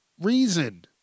reason